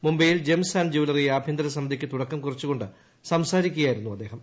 മുംബൈയിൽ gems and jewellery ആഭ്യന്തരസമിതിക്ക് തുടക്കം കുറിച്ചു കൊണ്ട് സംസാരിക്കുകിയായിരുന്നു അദ്ദേഹം